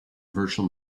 virtual